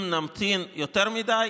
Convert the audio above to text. אם נמתין יותר מדי,